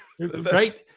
Right